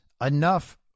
enough